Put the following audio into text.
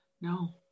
no